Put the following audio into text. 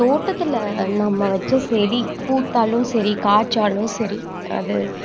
தோட்டத்தில நம்ம வச்ச செடி பூத்தாலும் சரி காய்ச்சாலும் சரி அது